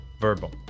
verbal